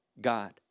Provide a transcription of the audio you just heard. God